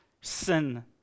sin